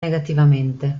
negativamente